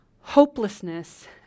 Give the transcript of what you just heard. hopelessness